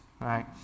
right